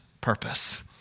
purpose